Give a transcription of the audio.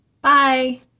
bye